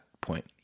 point